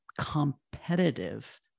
competitive